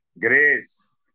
grace